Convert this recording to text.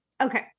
Okay